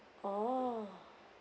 oh